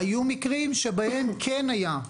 היו מקרים שבהם כן היה,